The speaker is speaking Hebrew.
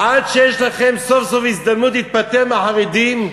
עד שיש לכם סוף-סוף הזדמנות להיפטר מהחרדים,